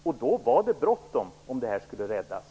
Därför var det bråttom, om det här skulle räddas.